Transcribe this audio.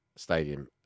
stadium